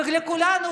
ולכולנו,